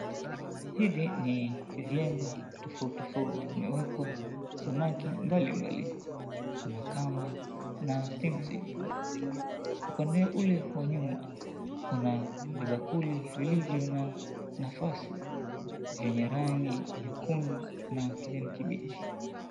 Hivi ni vyemba tofauti tofauti vya samaki, kuna kamba. Upande ule wa nyuma kuna vibakuli vilivyo na nafasi vyenye rangi nyekundu na kijani kibichi.